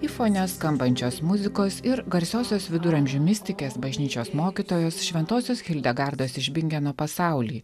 į fone skambančios muzikos ir garsiosios viduramžių mistikės bažnyčios mokytojos šventosios hildegardos iš bingeno pasaulį